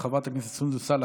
חברת הכנסת סונדוס סאלח,